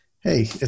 hey